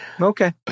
Okay